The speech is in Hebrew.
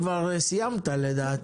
כבר סיימת לדעתי.